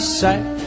sight